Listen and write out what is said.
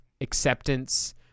acceptance